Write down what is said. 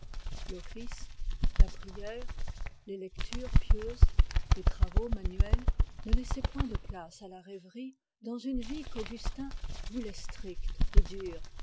l'office la prière les lectures pieuses les travaux manuels ne laissaient point de place à la rêverie dans une vie qu'augustin voulait stricte et dure